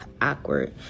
awkward